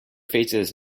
faces